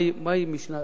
מהי המשנה,